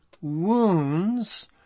wounds